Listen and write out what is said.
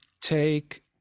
take